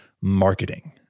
marketing